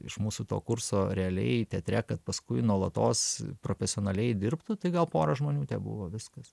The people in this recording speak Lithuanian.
iš mūsų to kurso realiai teatre kad paskui nuolatos profesionaliai dirbtų tai gal porą žmonių tebuvo viskas